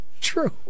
True